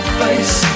face